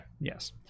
yes